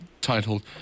titled